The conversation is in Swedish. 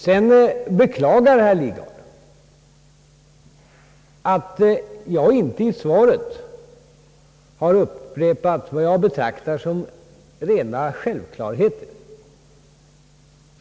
Sedan beklagar herr Lidgard, att jag inte i svaret har upprepat vissa saker som jag betraktar som rena självklarheter. Jag tänker